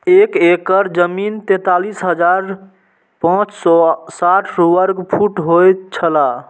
एक एकड़ जमीन तैंतालीस हजार पांच सौ साठ वर्ग फुट होय छला